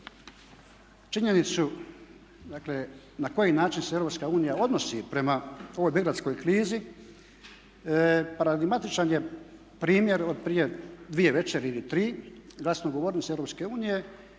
činjenicu, dakle na koji način se EU odnosi prema ovoj migrantskoj krizi. Pragmatičan je primjer od prije dvije večeri ili tri, glasnogovornice EU